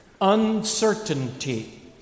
uncertainty